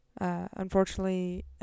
Unfortunately